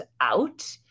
out